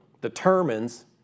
determines